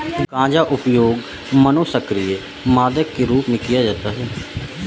गांजा उपयोग मनोसक्रिय मादक के रूप में किया जाता है